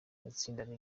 yatsindaga